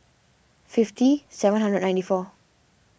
fifty seven hundred and ninety four